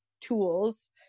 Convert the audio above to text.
tools